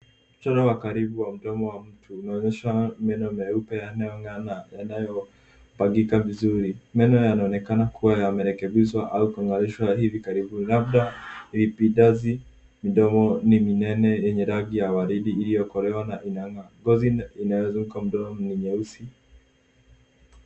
Mchoro wa karibu wa mdomo wa mtu unaonyesha meno meupe yanayong'aa na yanayo pangika vizuri. Meno yanaonekana yamerekebishwa au kungarishwa hivi karibuni labda lipidazi midomo ni minene yenye waridi inayokolea na inayong'aa. Ngozi inayozunguka mdomo ni nyeusi.